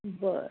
बर